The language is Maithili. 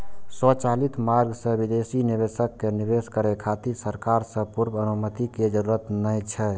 स्वचालित मार्ग सं विदेशी निवेशक कें निवेश करै खातिर सरकार सं पूर्व अनुमति के जरूरत नै छै